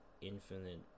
infinite